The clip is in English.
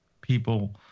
people